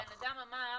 הבן אדם אמר,